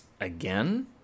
again